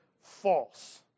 false